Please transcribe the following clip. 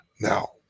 Now